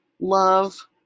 love